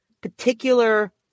particular